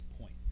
point